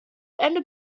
ende